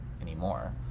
anymore